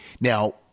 Now